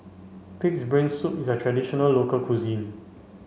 pig's brain soup is a traditional local cuisine